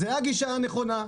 זאת הגישה הנכונה.